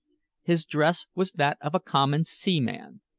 his dress was that of a common seaman,